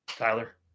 Tyler